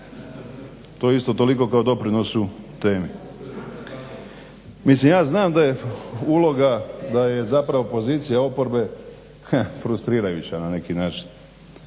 je isto toliko kao doprinosu temi. Mislim ja znam da je zapravo pozicija oporbe frustrirajuća na neki način,